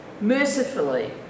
Mercifully